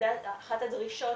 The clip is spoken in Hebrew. אחת הדרישות,